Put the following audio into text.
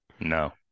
No